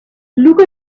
look